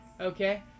Okay